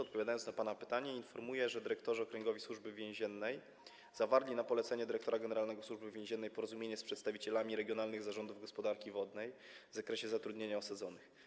Odpowiadając na pana pytanie, informuję, że dyrektorzy okręgowi Służby Więziennej zawarli na polecenie dyrektora generalnego Służby Więziennej porozumienie z przedstawicielami regionalnych zarządów gospodarki wodnej w zakresie zatrudnienia osadzonych.